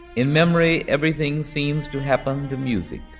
in memory everything seems to happen to music